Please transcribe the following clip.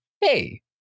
Hey